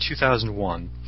2001